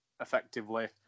effectively